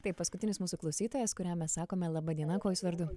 taip paskutinis mūsų klausytojas kuriam mes sakome laba diena kuo jūs vardu